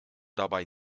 dabei